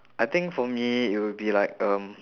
I think for me it will be like um